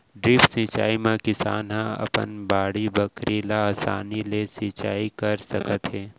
drip सिंचई म किसान ह अपन बाड़ी बखरी ल असानी ले सिंचई कर सकत हे